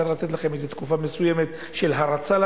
צריך לתת לכם תקופה מסוימת של הרצה,